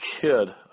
kid